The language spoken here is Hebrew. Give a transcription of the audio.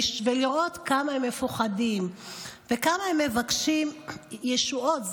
ולראות כמה הם מפוחדים וכמה הם מבקשים ישועות.